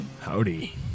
Howdy